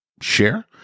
share